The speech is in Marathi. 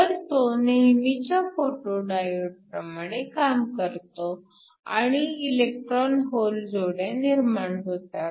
तर तो नेहमीच्या फोटो डायोड प्रमाणे काम करतो आणि इलेक्ट्रॉन होल जोड्या निर्माण होतात